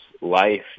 life